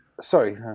sorry